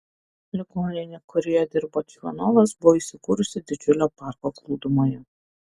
ligoninė kurioje dirbo čvanovas buvo įsikūrusi didžiulio parko glūdumoje